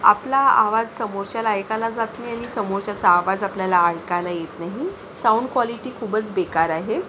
आपला आवाज समोरच्याला ऐकायला जात नाही आणि समोरच्याचा आवाज आपल्याला ऐकायला येत नाही साऊंड क्वालिटी खूपच बेकार आहे